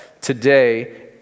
today